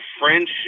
friendship